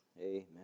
Amen